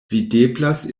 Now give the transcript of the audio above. videblas